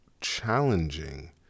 challenging